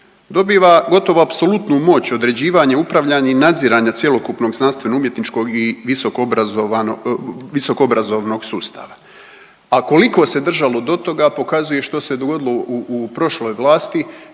dobiva gotovo apsolutnu moć određivanja, upravljanja i nadziranja cjelokupnog znanstveno-umjetničkog i visoko obrazovnog sustava. A koliko se držalo do toga pokazuje što se dogodilo u prošloj vlasti